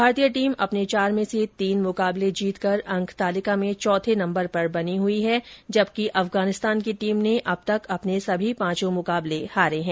भारतीय टीम अपने चार में से तीन मुकाबले जीतकर अंक तालिका में चौथे नम्बर पर बनी हई है जबकि अफगानिस्तान की टीम ने अब तक अपने सभी पांचो मुकाबले हारे है